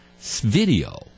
video